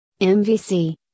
MVC